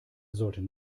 sollten